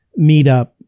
meetup